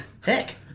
Heck